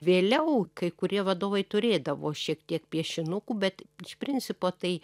vėliau kai kurie vadovai turėdavo šiek tiek piešinukų bet iš principo tai